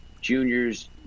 juniors